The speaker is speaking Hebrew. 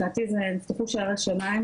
מבחינתי זה נפתחו שערי שמיים.